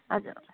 ꯑꯗ